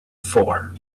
for